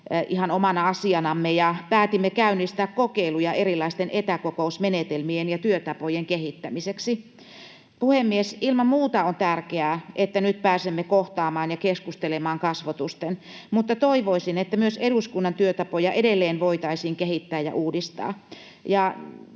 ihan omana asianamme, ja päätimme käynnistää kokeiluja erilaisten etäkokousmenetelmien ja työtapojen kehittämiseksi. Puhemies! Ilman muuta on tärkeää, että nyt pääsemme kohtaamaan ja keskustelemaan kasvotusten, mutta toivoisin, että myös eduskunnan työtapoja edelleen voitaisiin kehittää ja uudistaa.